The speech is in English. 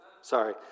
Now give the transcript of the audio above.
Sorry